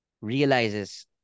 realizes